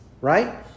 Right